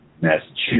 Massachusetts